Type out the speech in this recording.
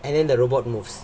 and then the robot moves